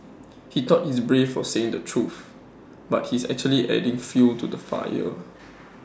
he thought he's brave for saying the truth but he's actually adding fuel to the fire